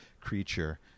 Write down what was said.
creature